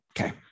Okay